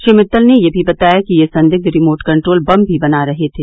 श्री मित्तल ने यह भी बताया कि ये संदिग्ध रिमोट कंट्रोल बम भी बना रहे थे